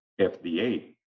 FDA